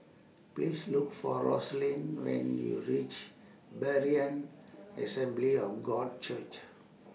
Please Look For Roslyn when YOU REACH Berean Assembly of God Church